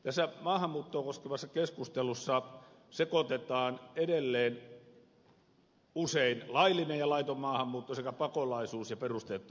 tässä maahanmuuttoa koskevassa keskustelussa sekoitetaan usein edelleen laillinen ja laiton maahanmuutto sekä pakolaiset ja perusteettomat turvapaikanhakijat